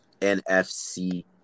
NFC